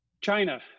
China